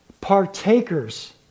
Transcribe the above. partakers